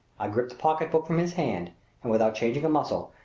i gripped the pocketbook from his hand and, without changing a muscle,